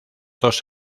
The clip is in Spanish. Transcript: dos